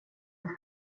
ett